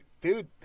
dude